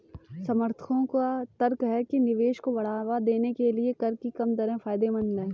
समर्थकों का तर्क है कि निवेश को बढ़ावा देने के लिए कर की कम दरें फायदेमंद हैं